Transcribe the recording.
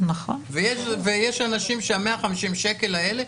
ויש אנשים שה-150 האלה,